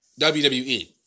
WWE